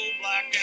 black